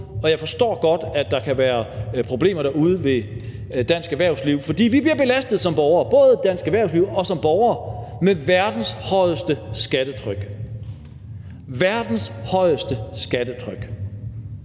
og jeg forstår godt, at der kan være problemer derude ved dansk erhvervsliv, for vi bliver belastet, både det danske erhvervsliv og os som borgere, med verdens højeste skattetryk. Verdens højeste skattetryk!